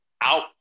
out